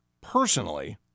personally